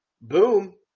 boom